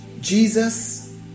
Jesus